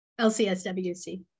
LCSWC